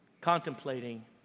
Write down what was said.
Contemplating